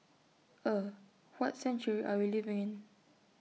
er what century are we living in